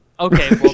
Okay